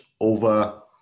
over